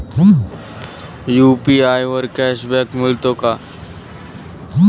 UPI वर cashback मिळतो का?